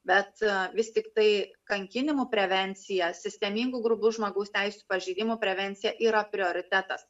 bet vis tiktai kankinimų prevencija sistemingų grubių žmogaus teisių pažeidimų prevencija yra prioritetas